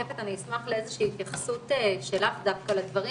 רקפת, אני אשמח לאיזה שהיא התייחסות שלך לדברים